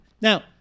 Now